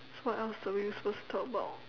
what else are we supposed to talk about